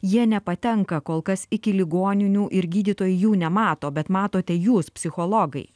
jie nepatenka kol kas iki ligoninių ir gydytojai jų nemato bet matote jūs psichologai